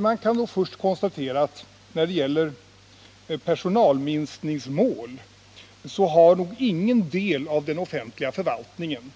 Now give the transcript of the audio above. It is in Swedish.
Man kan då först konstatera att när det gäller personalminskningsmål så har nog ingen del av den offentliga förvaltningen